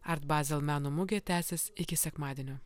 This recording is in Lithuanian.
art basel meno mugė tęsis iki sekmadienio